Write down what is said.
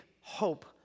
hope